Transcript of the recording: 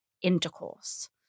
intercourse